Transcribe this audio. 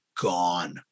gone